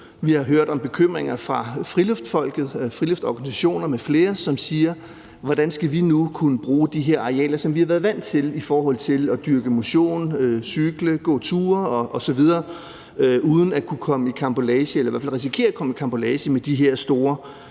m.fl. hørt om friluftsfolkenes bekymringer. De spørger: Hvordan skal vi nu kunne bruge de her arealer, som vi har været vant til, når vi skal dyrke motion, cykle, gå ture osv., uden at komme i karambolage med eller i hvert fald risikere at komme i karambolage med de her store